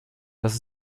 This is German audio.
das